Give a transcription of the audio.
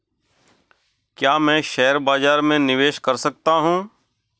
क्या मैं शेयर बाज़ार में निवेश कर सकता हूँ?